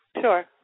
sure